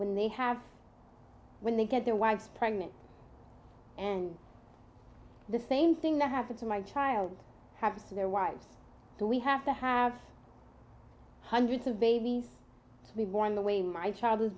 when they have when they get their wives pregnant and the same thing that happened to my child have their wives do we have to have hundreds of babies to be born the way my child was